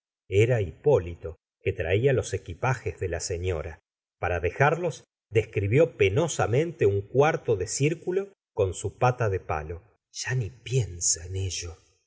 era hipólito que traía los equipajes de la señora para dejarlos describió penosamente un cuarto de circulo con su pata de palo ya ni piensa